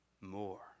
more